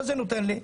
מה זה נותן לי?